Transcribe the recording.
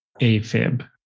AFib